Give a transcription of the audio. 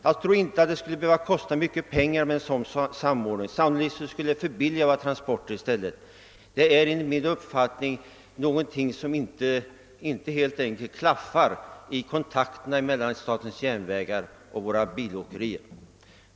Jag tror inte att det skulle behöva kosta mycket pengar att ordna en sådan samordning. Sannolikt skulle det förbilliga transporterna i stället. Jag tror helt enkelt att det är någonting som inte klaffar i kontakterna mellan statens järnvägar och våra bilåkerier.